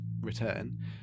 return